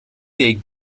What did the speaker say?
take